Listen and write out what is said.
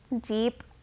deep